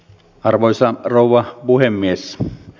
arvoisa rouva puhemies